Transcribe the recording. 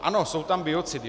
Ano, jsou tam biocidy.